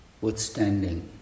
Withstanding